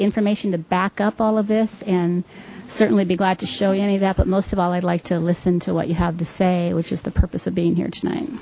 information to back up all of this and certainly be glad to show any of that but most of all i'd like to listen to what you have to say which is the purpose of being here tonight